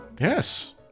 yes